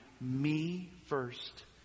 me-first